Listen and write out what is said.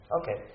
Okay